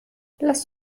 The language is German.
lass